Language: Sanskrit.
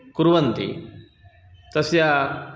कुर्वन्ति तस्य